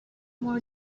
more